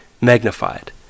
magnified